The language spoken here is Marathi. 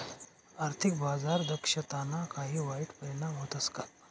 आर्थिक बाजार दक्षताना काही वाईट परिणाम व्हतस का